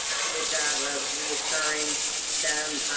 and a good job of reassuring them,